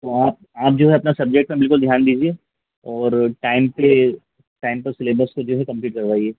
तो आप आप जो है अपना सब्जेक्ट में बिल्कुल ध्यान दीजिए और टाइम पर टाइम पर सिलेबस को जो है कंप्लीट करवाईए